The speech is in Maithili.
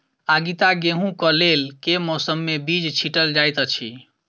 आगिता गेंहूँ कऽ लेल केँ मौसम मे बीज छिटल जाइत अछि?